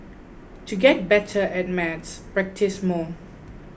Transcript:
to get better at maths practise more